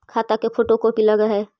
खाता के photocopy लगहै?